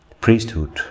priesthood